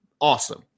awesome